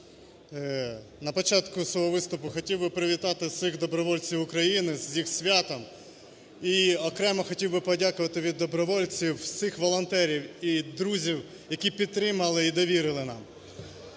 На початку свого виступу хотів би привітати всіх добровольців України з їх святом. І окремо хотів би подякувати від добровольців, всіх волонтерів і друзів, які підтримали і довірили нам.